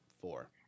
four